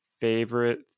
favorite